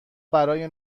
برای